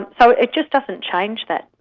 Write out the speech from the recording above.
so it just doesn't change that,